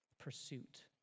Pursuit